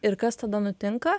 ir kas tada nutinka